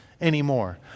anymore